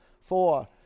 four